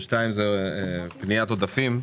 ושתיים זה פניית עודפים,